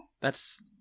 That's-